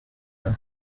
raa